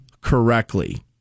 correctly